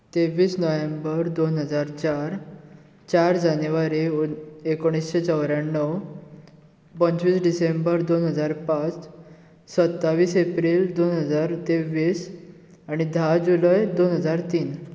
तेवीस नोव्हेंबर दोन हजार चार चार जानेवारी एकुणशें चोऱ्यांणव पंचवीस डिसेंबर दोन हजार पांच सत्तावीस एप्रील दोन हजार तेवीस आनी धा जुलय दोन हजार तीन